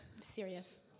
serious